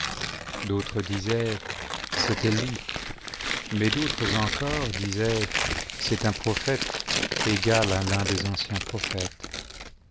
d'autres disaient c'est elie mais d'autres encore disaient c'est un prophète égal à l'un des anciens prophètes